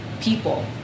people